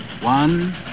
One